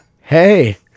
Hey